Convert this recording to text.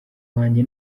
wanjye